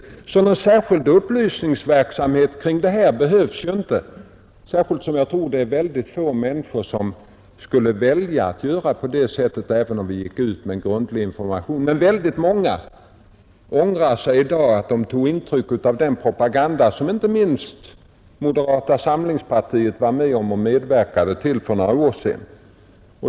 Så någon särskild upplysningsverksamhet kring den saken behövs inte, särskilt som jag tror att det är väldigt få människor som skulle välja att låna på det sättet även om vi gick ut med en grundlig information. Men väldigt många ångrar i dag att de tog intryck av den propaganda som inte minst moderata samlingspartiet medverkade till för några år sedan.